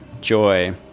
Joy